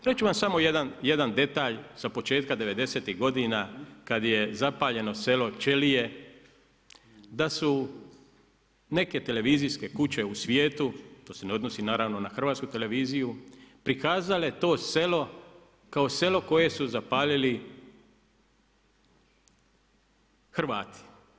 Reći ću vam samo jedan detalj sa početka 90-tih godina kada je zapaljeno selo Ćelije da su neke televizijske kuće u svijetu, to se ne odnosi naravno na Hrvatsku televiziju, prikazale to selo kao selo koje su zapalili Hrvati.